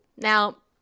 Now